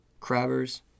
crabbers